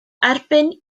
erbyn